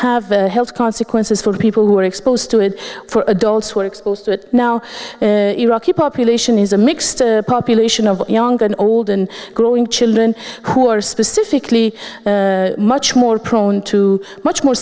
have health consequences for people who are exposed to it for adults who are exposed to it now iraq a population is a mixed population of young and old and growing children who are specifically much more prone to much more